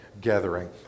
gathering